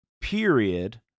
period